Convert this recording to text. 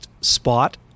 spot